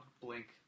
blink